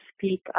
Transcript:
speak